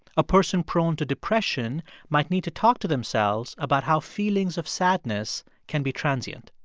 a person prone to depression might need to talk to themselves about how feelings of sadness can be transient.